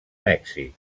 mèxic